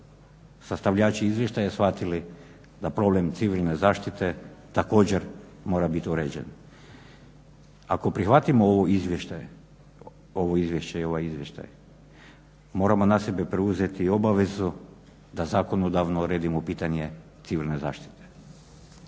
sastavljači izvještaji shvatili da problem civilne zaštite također mora biti uređen. Ako prihvatimo ovo izvješće i ovaj izvještaj moramo na sebe preuzeti i obavezu da zakonodavno uredimo pitanje civilne zaštite.